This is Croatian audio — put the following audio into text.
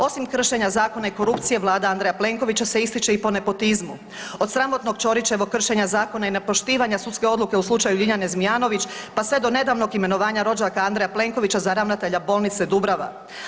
Osim kršenja zakona i korupcije Vlada Andrija Plenkovića se ističe i po nepotizmu, od sramotnog Ćorićevog kršenja zakona i nepoštivanja sudske odluke u slučaju Ljiljane Zmijanović pa sve do nedavnog imenovanja rođaka Andreja Plenkovića za ravnatelja Bolnice Dubrava.